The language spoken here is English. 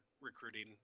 recruiting